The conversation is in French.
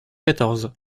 quatorze